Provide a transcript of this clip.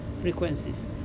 frequencies